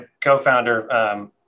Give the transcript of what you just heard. co-founder